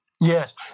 Yes